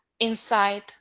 inside